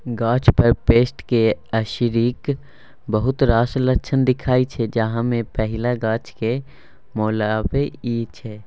गाछ पर पेस्टक असरिक बहुत रास लक्षण देखाइ छै जाहि मे पहिल गाछक मौलाएब छै